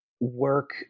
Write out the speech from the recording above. work